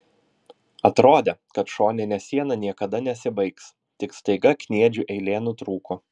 atrodė kad šoninė siena niekada nesibaigs tik staiga kniedžių eilė nutrūko